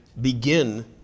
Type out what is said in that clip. begin